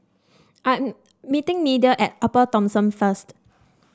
I'm meeting Media at Upper Thomson first